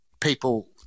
people –